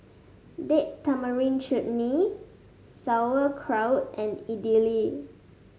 Date Tamarind Chutney Sauerkraut and Idili